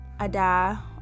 Ada